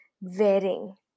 wearing